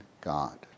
God